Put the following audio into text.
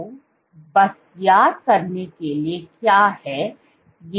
तो बस याद करने के लिए क्या है ये इनवॉडोपोडिया invadopodia